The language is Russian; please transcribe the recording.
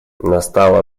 настало